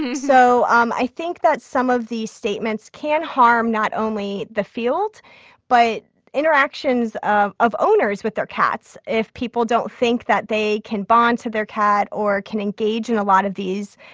so um i think that some of these statements can harm not only the field but interactions of of owners with their cats. if people don't think that they can bond to their cat or can engage in a lot of these,